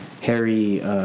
Harry